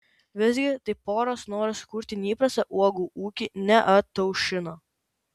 visgi tai poros noro sukurti neįprastą uogų ūkį neataušino